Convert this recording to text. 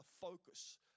focus